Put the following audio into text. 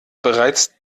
bereits